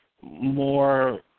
more